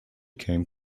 came